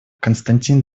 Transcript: константин